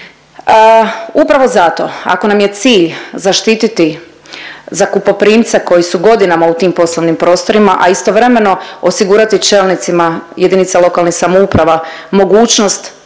Upravo zato ako nam je cilj zaštititi zakupoprimca koji su godinama u tim poslovnim prostorima, a istovremeno osigurati čelnicima JLS mogućnost